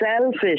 selfish